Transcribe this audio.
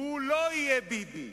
הוא לא יהיה ביבי,